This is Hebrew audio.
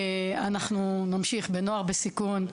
אנחנו נמשיך בנוער בסיכון,